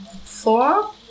four